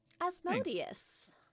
Asmodeus